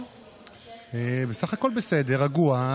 יש מצבים מיוחדים שהתשובה היא חיובית,